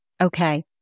Okay